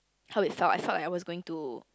how it felt I felt that I was going to